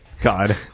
God